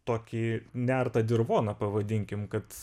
tokį neartą dirvoną pavadinkim kad